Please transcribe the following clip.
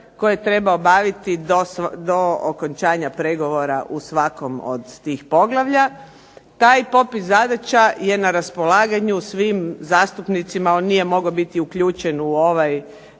koje treba obaviti do okončanja pregovora u svakom od tih poglavlja. Taj popis zadaća je na raspolaganju svim zastupnicima, on nije mogao biti uključen u ovaj